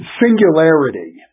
singularity